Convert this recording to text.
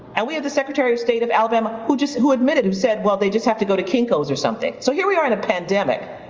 and we have the secretary of state of alabama who just admitted, who said, well, they just have to go to kinko's or something. so here we are in a pandemic,